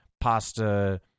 pasta